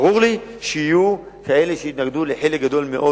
ברור לי שיהיו כאלה שיתנגדו לחלק גדול מאוד,